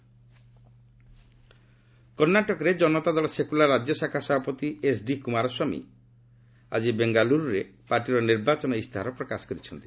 KDS manifesto କର୍ଣ୍ଣାଟକରେ Janata Dal secular ରାଜ୍ୟଶାଖା ସଭାପତି ଏଚ୍ଡି କୁମାରସ୍ୱାମୀ ଆଜି ବେଙ୍ଗାଲୁରୁଠାରେ ପାର୍ଟିର ନିର୍ବାଚନ ଇସ୍ତାହାର ପ୍ରକାଶ କରିଛନ୍ତି